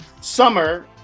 summer